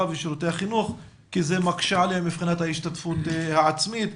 ובשירותי החינוך כי זה מקשה עליהן מבחינת ההשתתפות העצמית.